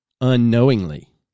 unknowingly